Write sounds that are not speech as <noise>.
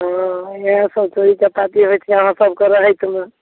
<unintelligible> अहाँ सब कहलहुॅं रातिमे